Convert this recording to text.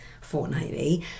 fortnightly